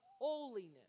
holiness